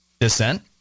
descent